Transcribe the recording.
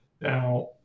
Now